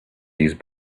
his